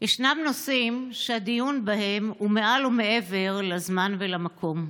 ישנם נושאים שהדיון בהם הוא מעל ומעבר לזמן ולמקום.